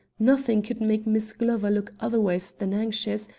nothing could make miss glover look otherwise than anxious,